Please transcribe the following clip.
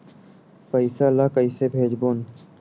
पईसा ला कइसे भेजबोन?